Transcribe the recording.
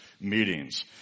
meetings